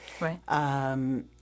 right